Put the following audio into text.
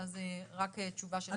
אז רק תשובה שלך.